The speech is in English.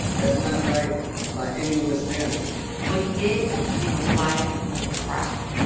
that's not right by anyone's standards what he did made a lot of people proud,